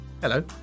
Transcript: Hello